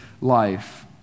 life